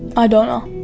i don't know